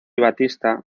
battista